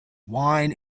wine